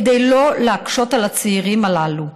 כדי לא להקשות על הצעירים הללו.